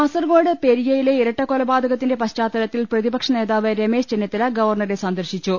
കാസർക്കോട് പെരിയയിലെ ഇരട്ടകൊലപാതകത്തിന്റെ പശ്ചാത്തലത്തിൽ പ്രതിപക്ഷ നേതാവ് രമേശ് ചെന്നിത്തല ഗവർണറെ സന്ദർശിച്ചു